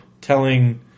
telling